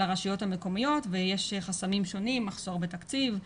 הרשויות המקומיות ויש חסמים שונים: מחסור בתקציב,